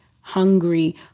hungry